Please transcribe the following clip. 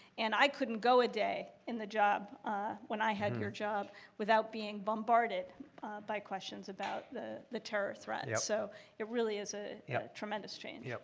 and i couldn't go a day in the job when i had your job without being bombarded by questions about the the terror threats, yeah so it really is a yeah tremendous change. yeah,